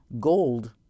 gold